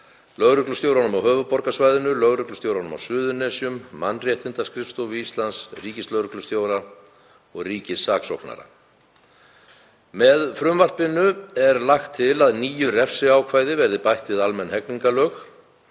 lögreglustjóranum á höfuðborgarsvæðinu, lögreglustjóranum á Suðurnesjum, Mannréttindaskrifstofu Íslands, ríkislögreglustjóra og ríkissaksóknara. Með frumvarpinu er lagt til að nýju refsiákvæði verði bætt við almenn hegningarlög